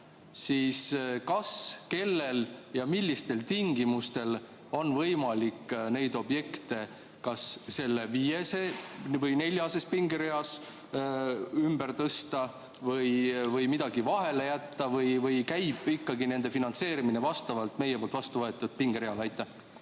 siis kas, kellel ja millistel tingimustel on võimalik neid objekte kas selles neljases pingereas ümber tõsta või midagi vahele jätta või käib nende finantseerimine ikkagi vastavalt meie poolt vastu võetud pingereale.